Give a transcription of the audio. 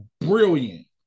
brilliant